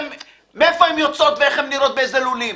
מאיפה הן יוצאות ואיך נראות באילו לולים.